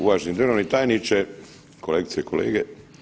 Uvaženi državni tajniče, kolegice i kolege.